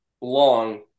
long